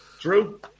True